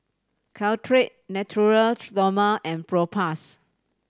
Caltrate Natura Stoma and Propass